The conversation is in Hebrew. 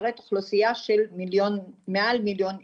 משרת אוכלוסייה של מעל מיליון איש,